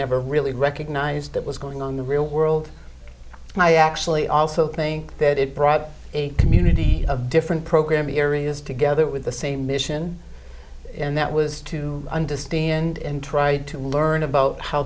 never really recognised that was going on the real world and i actually also think that it brought a community of different programming areas together with the same mission and that was to understand and try to learn about how